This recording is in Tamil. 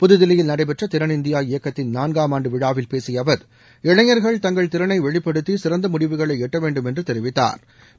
புதுதில்லியில் நடைபெற்ற திறன் இந்தியா இயக்கத்தின் நான்காம் ஆண்டு விழாவில் பேசிய அவர் இளைஞர்கள் தங்கள் திறனை வெளிப்படுத்தி சிறந்த முடிவுகளை எட்டவேண்டும் என்று தெரிவித்தாா்